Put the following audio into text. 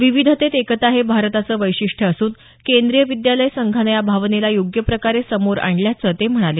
विविधतेत एकता हे भारताचं वैशिष्ट्य असून केंद्रीय विद्यालय संघानं या भावनेला योग्य प्रकारे समोर आणल्याचं ते म्हणाले